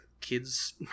kids